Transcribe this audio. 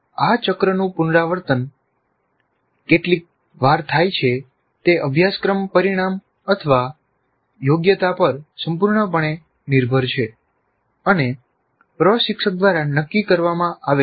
આ ચક્રનું પુનરાવર્તન કેટલી વાર થાય છે તે અભ્યાસક્રમ પરિણામ અથવા યોગ્યતા પર સંપૂર્ણપણે નિર્ભર છે અને પ્રશિક્ષક દ્વારા નક્કી કરવામાં આવે છે